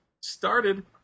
started